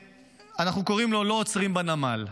ואנחנו קוראים לו "לא עוצרים בנמל".